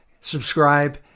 subscribe